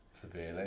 severely